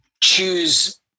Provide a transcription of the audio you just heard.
choose